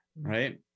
right